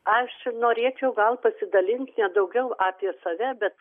aš norėčiau gal pasidalinsi ne daugiau apie save bet